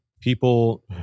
people